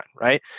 right